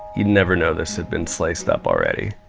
you'd never know this had been sliced up already.